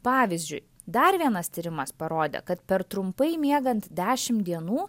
pavyzdžiui dar vienas tyrimas parodė kad per trumpai miegant dešimt dienų